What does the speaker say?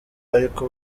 ariko